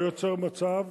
היה נוצר מצב